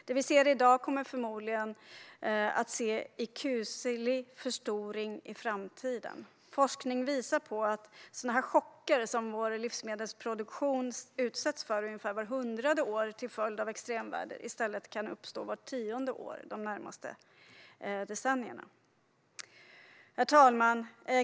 Det vi ser i dag kommer vi förmodligen att se i kuslig förstoring i framtiden. Forskning visar att sådana chocker som vår livsmedelsproduktion utsatts för ungefär vart hundrade år till följd av extremväder i stället kan uppstå vart trettionde år de närmaste decennierna. Herr talman!